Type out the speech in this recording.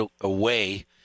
away